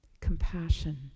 compassion